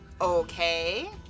Okay